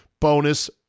bonus